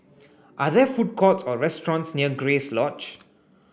are there food courts or restaurants near Grace Lodge